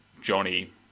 Johnny